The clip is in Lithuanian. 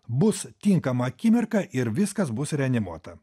bus tinkama akimirka ir viskas bus reanimuota